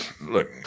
look